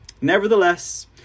nevertheless